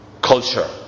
culture